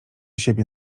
siebie